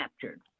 captured